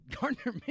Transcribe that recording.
Gardner